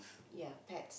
ya pet